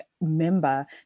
member